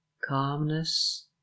calmness